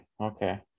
okay